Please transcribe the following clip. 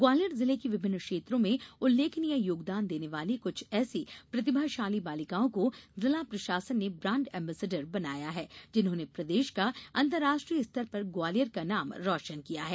ग्वालियर ज़िले की विभिन्न क्षेत्रों में उल्लेखनीय योगदान देने वाली कुछ ऐसी प्रतिभाशाली बालिकाओं को ज़िला प्रशासन ने ब्रांड एंबेसेडर बनाया है जिन्होंने प्रदेश का अंतर्राष्ट्रीय स्तर पर ग्वालियर का नाम रोशन किया है